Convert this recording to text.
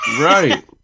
Right